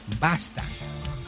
basta